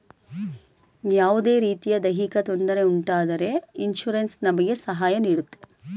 ಯಾವುದೇ ರೀತಿಯ ದೈಹಿಕ ತೊಂದರೆ ಉಂಟಾದರೆ ಇನ್ಸೂರೆನ್ಸ್ ನಮಗೆ ಸಹಾಯ ನೀಡುತ್ತೆ